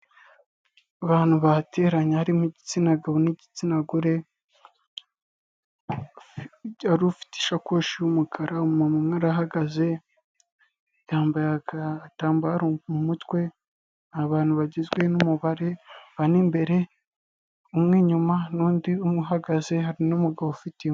Abantu bateranye harimo igitsina gabo n'igitsina gore, hari ufite isakoshi y'umukara, umuntu umwe arahagaze, yambaye agatambaro mu mutwe, abantu bagizwe n'umubare bane imbere, umwe inyuma n'undi uhagaze hari n'umugabo ufite